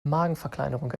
magenverkleinerung